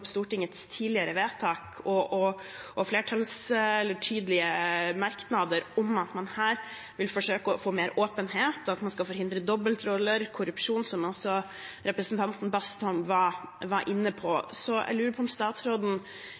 Stortingets tidligere vedtak og tydelige merknader om at man vil forsøke å få mer åpenhet og forhindre dobbeltroller og korrupsjon, som også representanten Bastholm var inne på. Jeg lurer på om statsråden